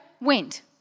went